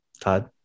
Todd